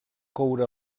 coure